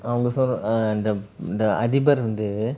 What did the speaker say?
அவங்க சொல்ற:avanga solra err th~ the அதிபர் வந்து:adhibar vanthu